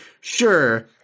sure